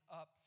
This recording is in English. up